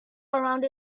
around